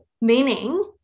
meaning